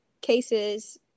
cases